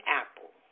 apple